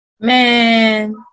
Man